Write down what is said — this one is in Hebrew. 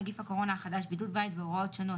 נגיף הקורונה החדש בידוד בית והוראות שונות,